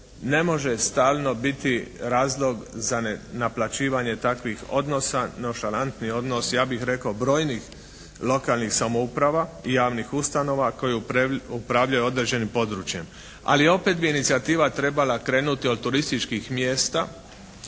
ne može stalno biti razlog za ne naplaćivanje takvih odnosa, nonšalantni odnos ja bih rekao brojnih lokalnih samouprava i javnih ustanova koji upravljaju određenim područjem. Ali opet bi inicijativa trebala krenuti od turističkih mjesta